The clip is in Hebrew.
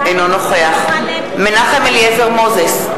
אינו נוכח מנחם אליעזר מוזס,